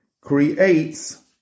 creates